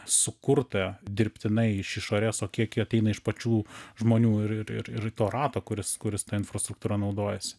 sukurta dirbtinai iš išorės o kiek jie ateina iš pačių žmonių ir ir ir to rato kuris kuris ta infrastruktūra naudojasi